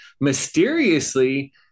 mysteriously